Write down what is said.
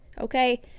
okay